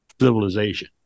civilization